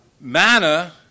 Manna